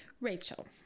rachel